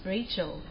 Rachel